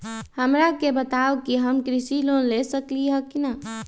हमरा के बताव कि हम कृषि लोन ले सकेली की न?